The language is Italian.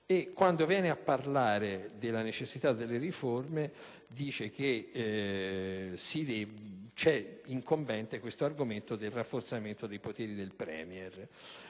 quando viene a parlare della necessità di riforme dice che è incombente l'argomento del rafforzamento dei poteri del *Premier*.